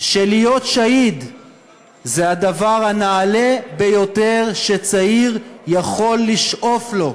שלהיות שהיד זה הדבר הנעלה ביותר שצעיר יכול לשאוף אליו,